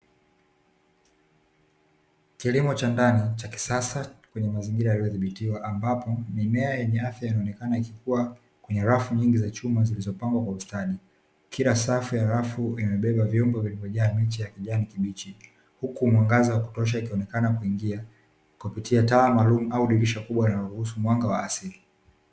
Kilimo cha ndani cha kisasa kwenye mazingira yaliyodhibitiwa ambapo mimea yenye afya yanaonekana ikikuwa kwenye rafu nyingi za chuma zilizopangwa kwa ustadi, kila safu ya rafu imebeba vyombo vilivyojaa mechi ya kijani kibichi, huku mwangaza wa kutosha ikionekana kuingia kupitia taa maalum au dirisha kubwa linaloruhusu mwanga wa asili.